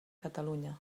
catalunya